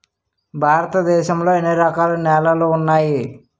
భారతదేశం లో ఎన్ని రకాల నేలలు ఉన్నాయి?